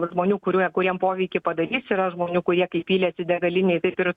žmonių kurie kuriem poveikį padarys yra žmonių kurie kaip pylėsi degalinėj taip ir